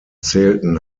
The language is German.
zählten